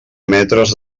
metres